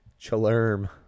Chalerm